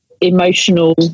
emotional